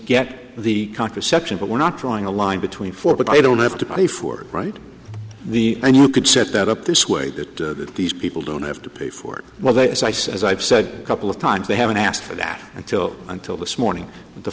get the contraception but we're not drawing a line between for but i don't have to pay for right the and you could set that up this way that these people don't have to pay for well there is ice as i've said a couple of times they haven't asked for that until until this morning whe